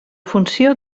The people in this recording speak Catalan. funció